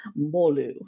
Molu